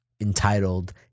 entitled